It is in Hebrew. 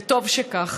וטוב שכך.